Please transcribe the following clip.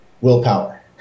willpower